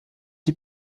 die